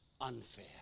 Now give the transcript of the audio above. unfair